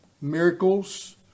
miracles